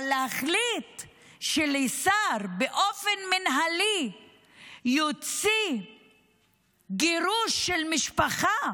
אבל להחליט ששר באופן מינהלי יוציא גירוש של משפחה,